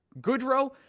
Goodrow